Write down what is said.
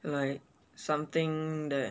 like something that